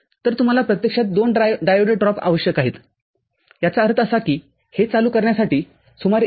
तरतुम्हाला प्रत्यक्षात दोन डायोड ड्रॉपआवश्यक आहेतयाचा अर्थ असा की हे चालू करण्यासाठी सुमारे १